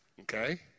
Okay